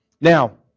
Now